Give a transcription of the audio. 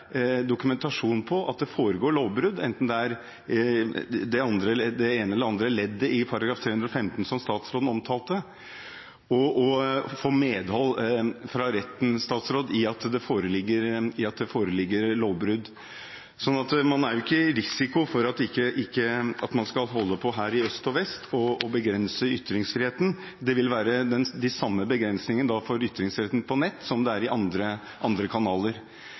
dokumentasjon på at det foregår lovbrudd – enten det er det ene eller andre leddet i § 315 som statsråden omtalte – og få medhold fra retten i at det foreligger lovbrudd. Så det er jo ingen risiko for at man skal holde på her i øst og vest og begrense ytringsfriheten. Det vil være de samme begrensningene da for ytringsretten på nett som i andre kanaler, det er